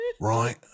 Right